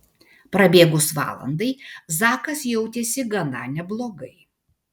prabėgus valandai zakas jautėsi gana neblogai